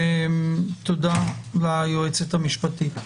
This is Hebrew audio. תודה ליועצת המשפטית.